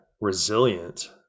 resilient